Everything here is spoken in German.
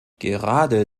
gerade